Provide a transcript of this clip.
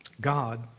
God